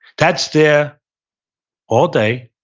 that's there all day,